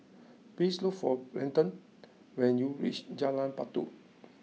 please look for Brenton when you reach Jalan Batu